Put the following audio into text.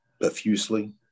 profusely